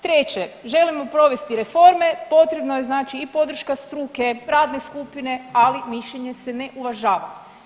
Treće, želimo provesti reforme potrebno je znači i podrška struke, radne skupine ali mišljenje se ne uvažava.